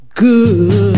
good